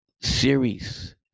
series